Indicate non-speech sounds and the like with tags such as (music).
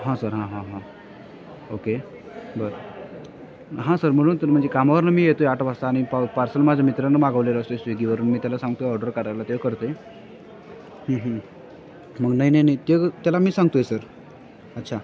हां सर हां हां हां ओके बरं हां सर म्हणून तर म्हणजे कामावरनं मी येतो आहे आठ वाजता आणि पा पार्सल माझ्या मित्रानं मागवलेलं (unintelligible) स्विगीवरून मी त्याला सांगतो आहे ऑर्डर करायला ते करतो आहे मग नाही नाही नाही ते त्याला मी सांगतो आहे सर अच्छा